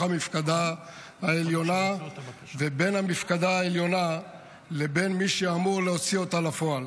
המפקדה העליונה ובין המפקדה העליונה לבין מי שאמור להוציא אותה לפועל.